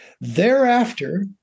Thereafter